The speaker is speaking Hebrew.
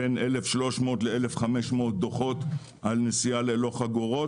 בין 1,300 ל-1,500 דוחות על נסיעה ללא חגורות.